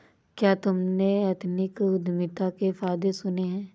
क्या तुमने एथनिक उद्यमिता के फायदे सुने हैं?